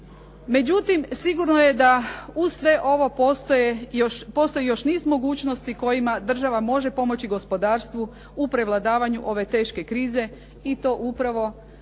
Međutim, sigurno je da uz sve ovo postoji još niz mogućnosti kojima država može pomoći gospodarstvu u prevladavanju ove teške krize i to upravo